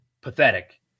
pathetic